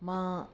मां